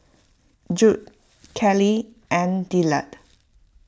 Judd Kiley and Dillard